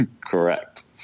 Correct